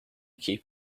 keep